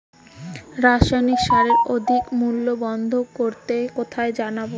রাসায়নিক সারের অধিক মূল্য বন্ধ করতে কোথায় জানাবো?